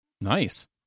nice